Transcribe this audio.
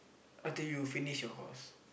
until you finish your course